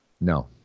No